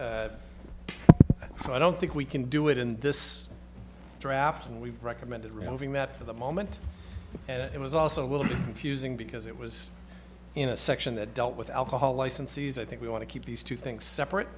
zero so i don't think we can do it in this draft and we've recommended removing that for the moment and it was also will be fusing because it was in a section that dealt with alcohol licensees i think we want to keep these two things separate